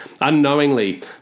Unknowingly